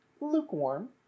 lukewarm